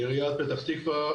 עיריית פתח תקווה,